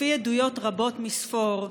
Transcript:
לפי עדויות רבות מספור,